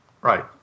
Right